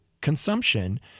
consumption